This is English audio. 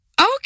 Okay